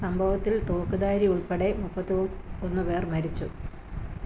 സംഭവത്തിൽ തോക്കുധാരി ഉൾപ്പെടെ മുപ്പത്തി ഒന്നു പേർ മരിച്ചു